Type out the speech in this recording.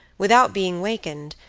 without being wakened,